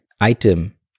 item